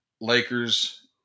Lakers